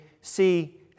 see